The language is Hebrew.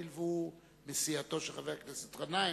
הואיל והוא מסיעתו של חבר הכנסת גנאים,